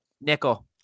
Nickel